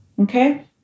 Okay